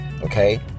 Okay